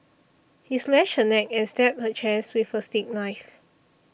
he slashed her neck and stabbed her chest with a steak knife